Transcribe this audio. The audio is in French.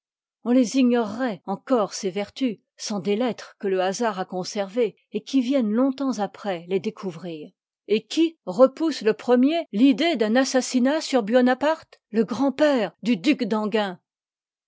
on les ignoreroit encore ces vertus sans des lettres que le hasard a conservées et qui viennent longtemps après les découvrir et qui repousse le premier l'idée d'un assassinat sur buonaparte le grand pcrc du duc